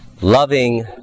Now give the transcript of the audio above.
Loving